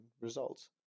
results